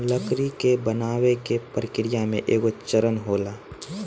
लकड़ी के बनावे के प्रक्रिया में एगो चरण होला